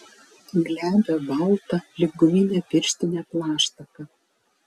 glebią baltą lyg guminė pirštinė plaštaką